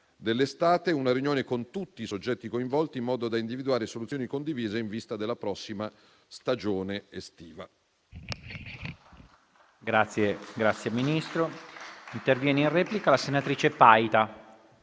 dell'estate) una riunione con tutti i soggetti coinvolti, in modo da individuare soluzioni condivise in vista della prossima stagione estiva.